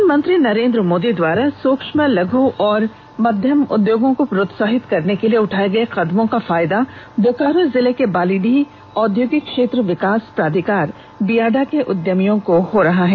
प्रधानमंत्री नरेंद्र मोदी द्वारा सूक्ष्म लघु और मध्यम उद्योगों को प्रोत्साहित करने को लिए उठाए गए कदमों का फायदा बोकारो जिले के बालीडीह औद्योगिक क्षेत्र विकास प्राधिकरण बियाडा के उद्यमियों को हो रहा है